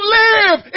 live